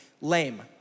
Lame